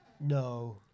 No